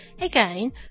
Again